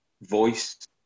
voice